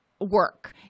work